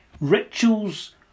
Rituals